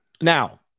Now